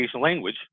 language